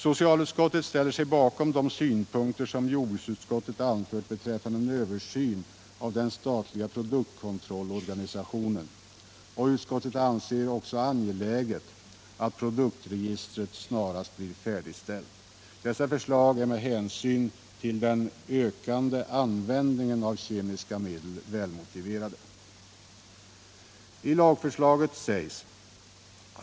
Socialutskottet ställer sig bakom de synpunkter som jordbruksutskottet anfört beträffande en översyn av den statliga produktkontrollorganisationen. Utskottet anser det också angeläget att produktregistret snarast blir färdigställt. Dessa förslag är med hänsyn till den ökande använd ningen av kemiska medel välmotiverade.